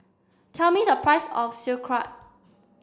tell me the price of Sauerkraut